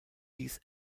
dies